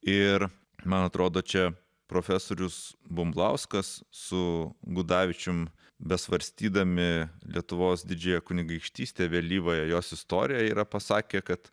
ir man atrodo čia profesorius bumblauskas su gudavičium besvarstydami lietuvos didžiąją kunigaikštystę vėlyvąją jos istoriją yra pasakę kad